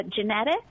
genetic